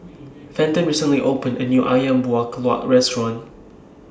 Fenton recently opened A New Ayam Buah Keluak Restaurant